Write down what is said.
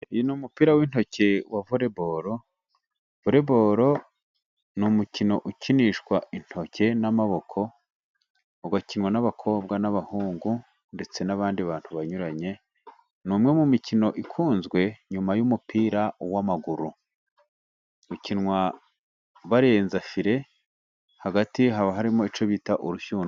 Ni umupira w'intoki, voreboru ni umukino ukinishwa intoki n'amaboko, ukinwa n'abakobwa, n'abahungu, ndetse n'abandi bantu banyuranye. Ni umwe mu mikino ikunzwe nyuma y'umupira w'amaguru, ukinwa barenza fire, hagati haba harimo icyo bita urushyundura.